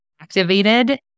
activated